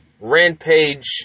Rampage